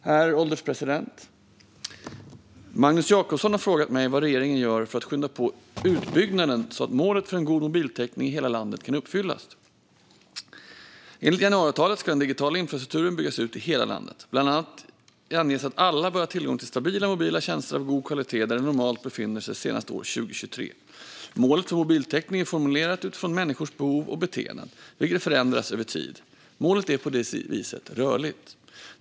Herr ålderspresident! Magnus Jacobsson har frågat mig vad regeringen gör för att skynda på utbyggnaden, så att målet för en god mobiltäckning i hela landet kan uppfyllas. Enligt januariavtalet ska den digitala infrastrukturen byggas ut i hela landet. Bland annat anges att alla senast år 2023 bör ha tillgång till stabila mobila tjänster av god kvalitet där de normalt befinner sig. Målet för mobiltäckning är formulerat utifrån människors behov och beteenden, vilka förändras över tid. Målet är på det viset rörligt.